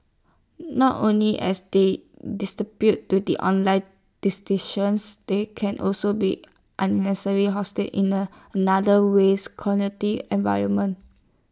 not only as they to the online they can also be unnecessary hostile in an other ways corner tea environment